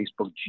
Facebook